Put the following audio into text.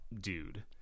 dude